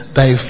thy